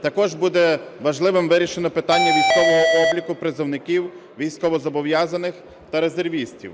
Також буде важливим вирішення питання військового обліку призовників, військовозобов'язаних та резервістів.